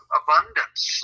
abundance